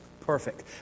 perfect